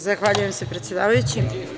Zahvaljujem se, predsedavajući.